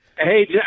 Hey